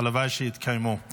הלוואי שיתקיימו.